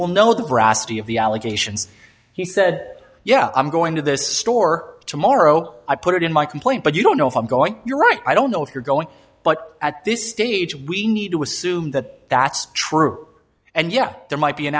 will know the ferocity of the allegations he said yeah i'm going to the store tomorrow i put it in my complaint but you don't know if i'm going you're right i don't know what you're going but at this stage we need to assume that that's true and yeah there might be an